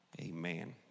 Amen